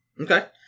Okay